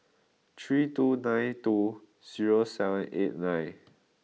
three two nine two zero seven eight nine